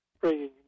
bringing